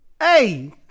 Hey